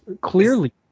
clearly